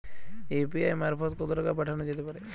UPI মারফত কত টাকা পাঠানো যেতে পারে?